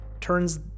turns